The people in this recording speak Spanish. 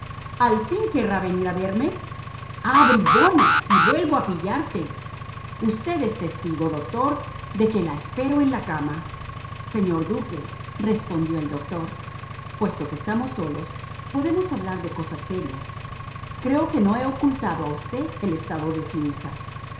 al fin querrá venir a verme ah bribona si vuelvo a pillarte usted es testigo doctor de que la espero en la cama señor duque respondió el doctor puesto que estamos solos podemos hablar de cosas serias creo que no he ocultado a usted el estado de su hija